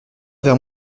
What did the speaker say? vers